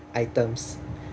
items